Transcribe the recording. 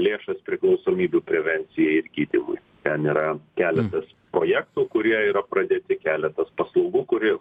lėšas priklausomybių prevencijai ir gydymui ten yra keletas projektų kurie yra pradėti keletas paslaugų kuri